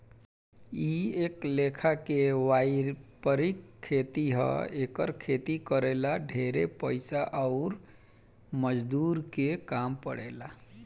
इ एक लेखा के वायपरिक खेती ह एकर खेती करे ला ढेरे पइसा अउर मजदूर के काम पड़ेला